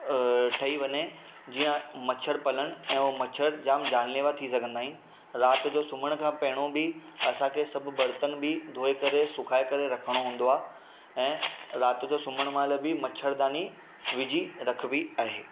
ठई वञे जीअं मच्छर पलनि ऐं मच्छर जाम ज़ानलेवा थी सघंदा आहिनि राति जो सुम्हण खां पहिरों बि असांखे सभु बर्तन बि धोई करे सुखाए करे रखिणो हूंदो आहे ऐं राति जो सुम्हण माल बि मच्छरदानी विझी रखिबी आहे